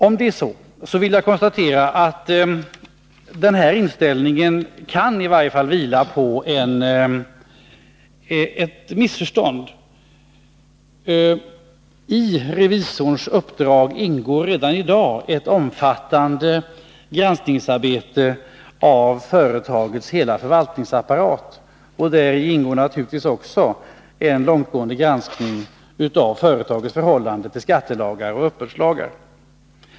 Om så är fallet, konstaterar jag att denna inställning kan vila på ett missförstånd. I revisorns uppdrag ingår redan i dag ett omfattande arbete med granskning av företagets hela förvaltningsapparat, och däri ingår naturligtvis också en långtgående granskning av företagets förhållande till skattelagar och uppbördslagar.